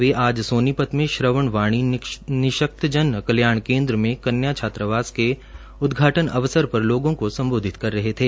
वे आज सोनीपत में श्रवण वाणी निशक्तजन कल्याण केंद्र में कन्या छात्रावास के उद्घाटन अवसर पर लोगों को संबोधित कर रहे थे